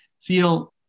feel